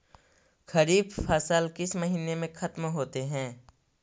खरिफ फसल किस महीने में ख़त्म होते हैं?